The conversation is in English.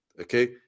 okay